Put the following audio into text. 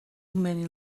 many